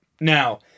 Now